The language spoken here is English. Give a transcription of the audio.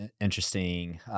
interesting